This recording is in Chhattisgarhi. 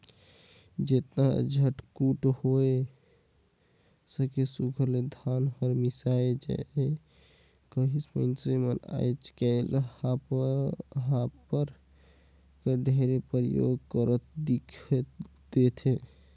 जेतना झटकुन होए सके सुग्घर ले धान हर मिसाए जाए कहिके मइनसे मन आएज काएल हापर कर ढेरे परियोग करत दिखई देथे